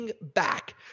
Back